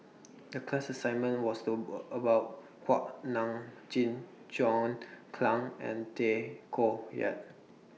The class assignment was though about Kuak Nam Jin John Clang and Tay Koh Yat